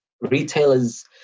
retailers